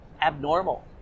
abnormal